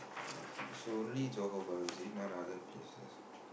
ah so only Johor-Bahru is it not other places